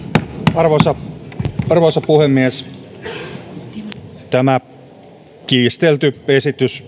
arvoisa arvoisa puhemies tämä kiistelty esitys